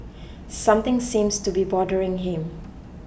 something seems to be bothering him